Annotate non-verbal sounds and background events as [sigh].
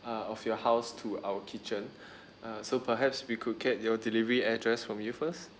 uh of your house to our kitchen [breath] uh so perhaps we could get your delivery address from you first